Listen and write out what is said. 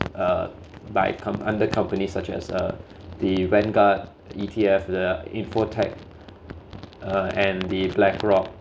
uh by com~ under companies such as uh the vanguard E_T_F info tech uh and the Blackrock